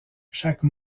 chaque